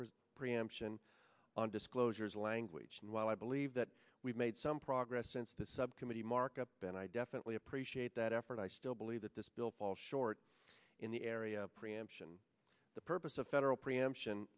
prison preemption on disclosures language and while i believe that we've made some progress since the subcommittee markup and i definitely appreciate that afrin i still believe that this bill falls short in the area of preemption the purpose of federal preemption